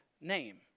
name